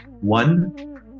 one